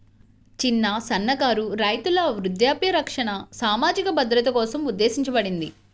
చిన్న, సన్నకారు రైతుల వృద్ధాప్య రక్షణ సామాజిక భద్రత కోసం ఉద్దేశించబడింది